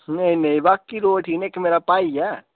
नेईं नेईं बाकी लोक ठीक न इक मेरा भाई ऐ